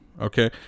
okay